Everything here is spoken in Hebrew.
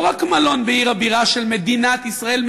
לא רק במלון בעיר הבירה של מדינת ישראל,